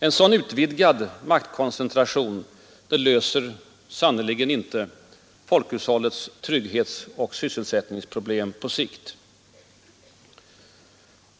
En sådan utvidgad maktkoncentration löser sannerligen inte folkhushållets trygghetsoch sysselsättningsproblem på sikt.